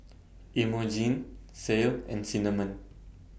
Imogene Ceil and Cinnamon